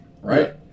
right